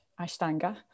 Ashtanga